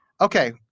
Okay